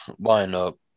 lineup